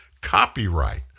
copyright